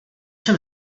čem